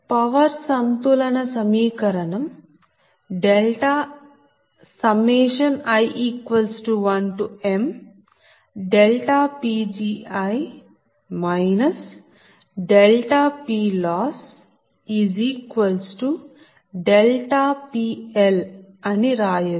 power సంతులన సమీకరణం i1mPgi PLossPL అని రాయచ్చు